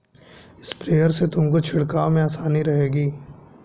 sprayer से तुमको छिड़काव में आसानी रहेगी